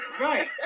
Right